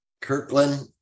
Kirkland